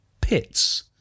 pits